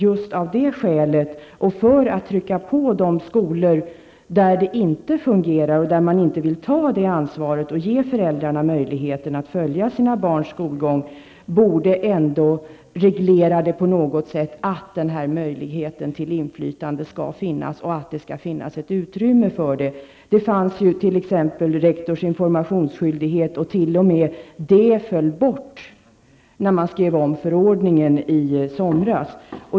Just av det skälet och för att trycka på de skolor där det inte fungerar och där man inte vill ta ansvaret för att ge föräldrarna möjligheter att följa sina barns skolgång borde man ändå reglera att den här möjligheten till inflytande skall finnas och att det skall finnas ett utrymme för det. T.o.m. rektors informationsskyldighet föll bort när man i somras skrev om förordningen.